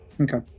okay